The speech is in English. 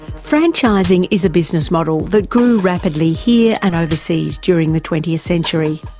franchising is a business model that grew rapidly here and overseas during the twentieth century.